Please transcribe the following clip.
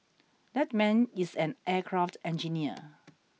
that man is an aircraft engineer